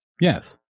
Yes